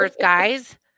guys